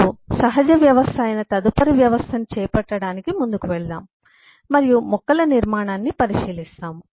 ఇప్పుడు సహజ వ్యవస్థ అయిన తదుపరి వ్యవస్థను చేపట్టడానికి ముందుకు వెళ్దాం మరియు మొక్కల నిర్మాణాన్ని పరిశీలిస్తాము